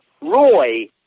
Roy